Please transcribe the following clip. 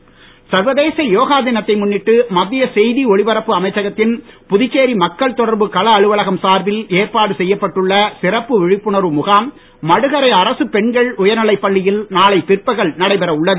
கள விளம்பரம் சர்வதேச யோகா தினத்தை முன்னிட்டு மத்திய செய்தி ஒலிபரப்பு அமைச்சகத்தின் புதுச்சேரி மக்கள் தொடர்பு கள அலுவலகம் சார்பில் ஏற்பாடு செய்யப்பட்டுள்ள சிறப்பு விழிப்புணர்வு முகாம் மடுகரை அரசுப் பெண்கள் உயர்நிலைப் பள்ளியில் நாளை பிற்பகல் நடைபெற உள்ளது